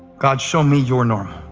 god, show me your normal.